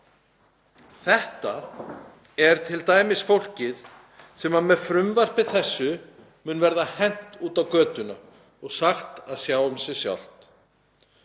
Þetta er t.d. fólkið sem með þessu frumvarpi mun verða hent út á götuna og sagt að sjá um sig sjálft.